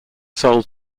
sold